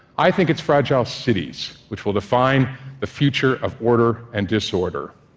i think it's fragile cities which will define the future of order and disorder.